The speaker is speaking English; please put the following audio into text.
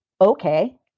okay